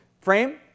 frame